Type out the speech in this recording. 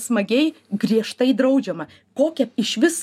smagiai griežtai draudžiama kokia išvis